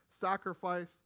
sacrifice